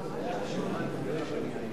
אני מקווה שגם קבוצת סיעת מרצ וגם קבוצת